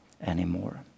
anymore